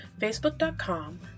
facebook.com